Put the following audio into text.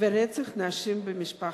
ורצח נשים במשפחה.